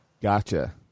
Gotcha